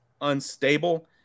unstable